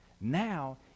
Now